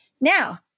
Now